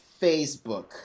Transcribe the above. Facebook